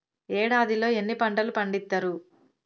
ఏడాదిలో ఎన్ని పంటలు పండిత్తరు?